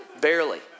Barely